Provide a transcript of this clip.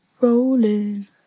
Rolling